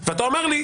ואתה אומר לי: